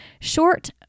short